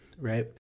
right